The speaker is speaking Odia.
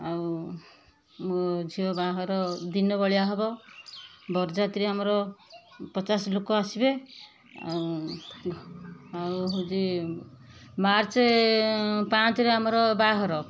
ଆଉ ମୋ ଝିଅ ବାହାଘର ଦିନବେଳିଆ ହେବ ବରଯାତ୍ରୀ ଆମର ପଚାଶ ଲୋକ ଆସିବେ ଆଉ ଆଉ ହେଉଛି ମାର୍ଚ୍ଚ ପାଞ୍ଚେରେ ଆମର ବାହାଘର